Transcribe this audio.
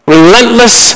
Relentless